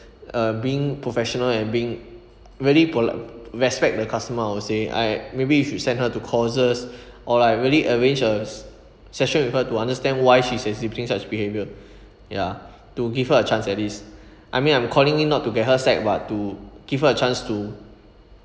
uh being professional and being very polite respect the customer I would say I maybe you should send her to courses or like really arrange a s~ session with her to understand why she's exhibiting such behaviour ya to give her a chance at least I mean I'm calling in not to get her sacked but to give her a chance to